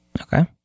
Okay